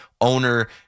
owner